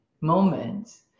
moments